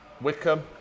Wickham